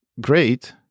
great